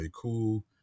cool